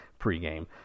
pregame